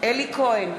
אלי כהן,